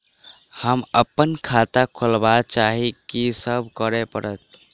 हम अप्पन खाता खोलब चाहै छी की सब करऽ पड़त?